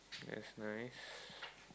that's nice